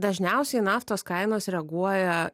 dažniausiai naftos kainos reaguoja